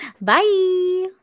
Bye